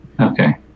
Okay